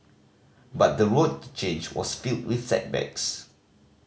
but the road to change was filled with setbacks